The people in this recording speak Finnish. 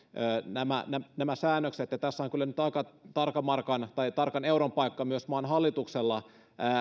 nämä säännökset tässä on kyllä nyt aika tarkan euron paikka myös maan hallituksella